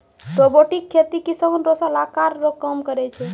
robotic खेती किसान रो सलाहकार रो काम करै छै